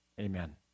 Amen